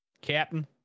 Captain